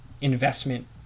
investment